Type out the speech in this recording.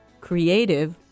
creative